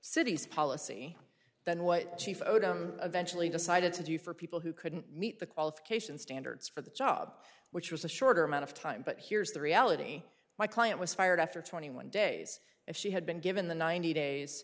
city's policy than what chief eventually decided to do for people who couldn't meet the qualifications standards for the job which was a shorter amount of time but here's the reality my client was fired after twenty one days if she had been given the ninety days